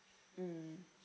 mm